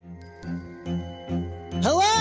Hello